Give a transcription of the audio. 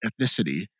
ethnicity